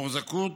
מוחזקות